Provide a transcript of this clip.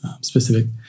specific